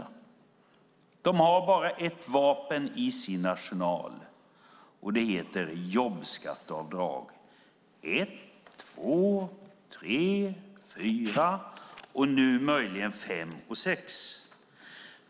Regeringen har bara ett vapen i sin arsenal, och det heter jobbskatteavdrag 1, 2, 3, 4 och nu möjligen 5 och 6.